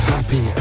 Happy